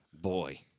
boy